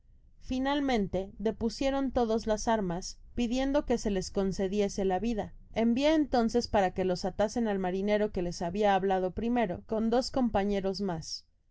finalmente depusieron todos las armas pidiendo que se les concediese la vida envió entonces para que los atasen al marinero que les habia hablado primero con dos compañeros mas